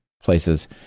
places